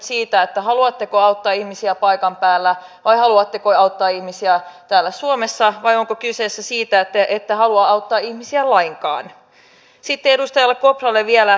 se että vielä aktlle omastakin porukasta kritiikkiä tuli ja tälle kritiikin antajalle pohjoispohjalaiselle luottamusmiehelle annetaan potkut siitä hyvästä että hän osoittaa myötätuntoa pienipalkkaisia hoitajia kohtaan menee kyllä ainakin minun ymmärrykseni yli